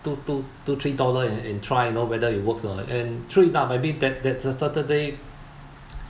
two two two three dollar and and try you know whether it works or and true ah maybe that that that saturday